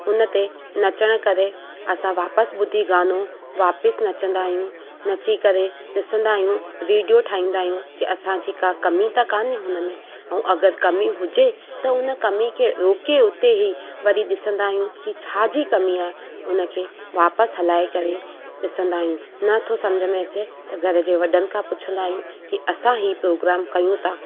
हुन ते नचण करे असां वापसि ॿुधी गानो वापसि नचंदा आहियूं नची करे ॾिसंदा आहियूं वीडियो ठाहींदा आहियूं की असां जेकी कमी त कोन्हे हुन में ऐं अगरि कमी हुजे त उन कमी खे रोके उते ई वरी ॾिसंदा आहियूं की छाजी कमी आहे उन खे वापसि हलाए करे ॾिसंदा आहियूं नथो सम्झ में अचे त घर जे वॾनि खां पुछंदा आहियूं जी असां हीअ प्रोग्राम कयूं था